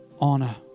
honor